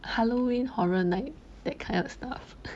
halloween horror night that kind of stuff